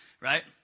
Right